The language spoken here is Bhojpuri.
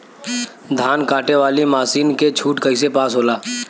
धान कांटेवाली मासिन के छूट कईसे पास होला?